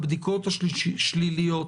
הבדיקות השליליות